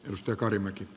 mustakari mäki